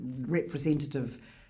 representative